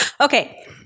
Okay